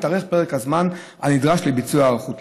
יתארך פרק הזמן הנדרש לביצוע ההיערכות.